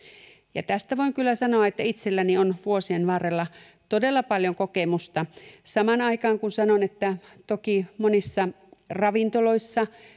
ja tästä voin kyllä sanoa että itselläni on vuosien varrelta todella paljon kokemusta samaan aikaan kun sanon että toki monissa ravintoloissa